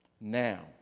Now